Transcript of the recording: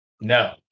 No